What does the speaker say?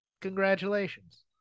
Congratulations